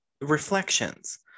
reflections